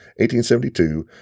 1872